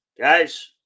Guys